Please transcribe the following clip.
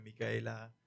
michaela